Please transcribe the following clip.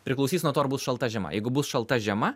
priklausys nuo to ar bus šalta žiema jeigu bus šalta žiema